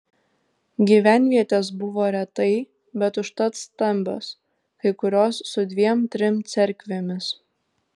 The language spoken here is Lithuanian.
gyvenvietės buvo retai bet užtat stambios kai kurios su dviem trim cerkvėmis